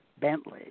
Bentley